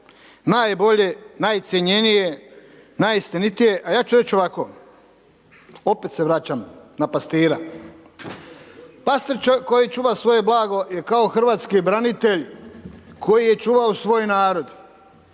najbolje, najcjenjenije, najstenitije, a ja ću reći ovako, opet se vraćam na pastira, pastir koji čuva svoje blago je kao hrvatski branitelj koji je čuvao svoj narod,